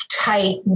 tight